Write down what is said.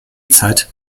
zeit